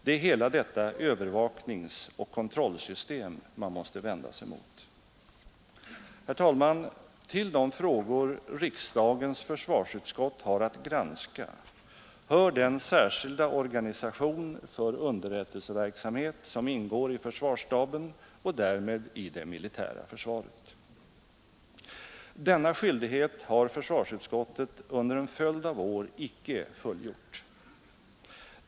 Det är hela detta övervakningsoch kontrollsystem man måste vända sig mot. Herr talman! Till de frågor riksdagens försvarsutskott har att granska hör den särskilda organisation för underrättelseverksamhet som ingår i försvarsstaben och därmed i det militära försvaret. Denna skyldighet har försvarsutskottet under en följd av år icke fullgjort.